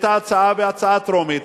את ההצעה בקריאה טרומית.